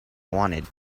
wanted